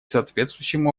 соответствующим